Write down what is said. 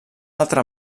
altre